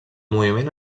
moviment